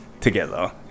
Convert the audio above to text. together